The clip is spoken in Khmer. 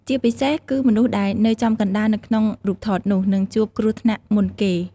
ជាពិសេសគឺមនុស្សដែលនៅចំកណ្តាលនៅក្នុងរូបថតនោះ នឹងជួបគ្រោះថ្នាក់មុនគេ។